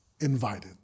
invited